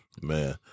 man